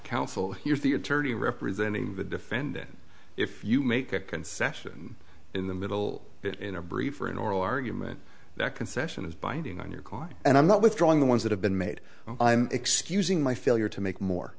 counsel here is the attorney representing the defendant if you make a concession in the middle of it in a brief or an oral argument that concession is binding on your card and i'm not withdrawing the ones that have been made i'm excusing my failure to make more